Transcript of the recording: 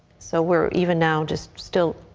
so where even now just still.